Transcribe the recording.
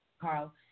Carl